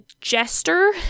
jester